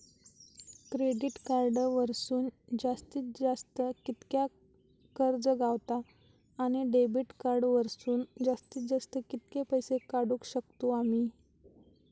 Credit card वरसून जास्तीत जास्त कितक्या कर्ज गावता, आणि डेबिट कार्ड वरसून जास्तीत जास्त कितके पैसे काढुक शकतू आम्ही?